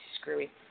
screwy